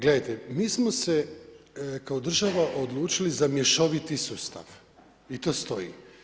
Gledajte, mi smo se kao država odlučili za mješoviti sustav i to stoji.